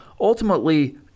ultimately